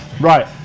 Right